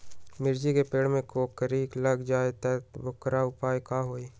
मिर्ची के पेड़ में कोकरी लग जाये त वोकर उपाय का होई?